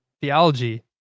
theology